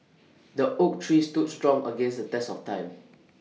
the oak tree stood strong against the test of time